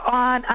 on